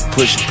Push